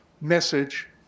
message